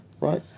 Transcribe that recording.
right